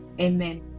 Amen